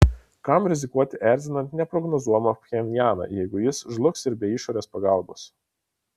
kam rizikuoti erzinant neprognozuojamą pchenjaną jeigu jis žlugs ir be išorės pagalbos